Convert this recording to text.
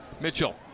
Mitchell